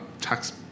tax